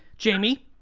jamie?